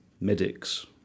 medics